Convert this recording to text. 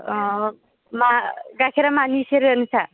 अ मा गाइखेरा मानि सेरो नोंसोरहा